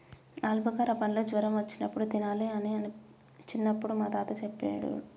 ఆల్బుకార పండ్లు జ్వరం వచ్చినప్పుడు తినాలి అని చిన్నపుడు మా తాత చెప్పేటోడు